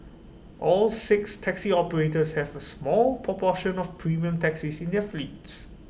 all six taxi operators have A small proportion of premium taxis in their fleets